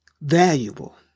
valuable